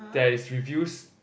there is reviews